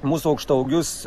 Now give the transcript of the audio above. mūsų aukštaūgius